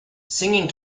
singing